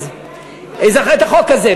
את החוק הזה,